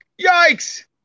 Yikes